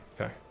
okay